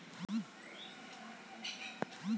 मैं अपने bank account का पूरा विवरण कैसे पता कर सकता हूँ?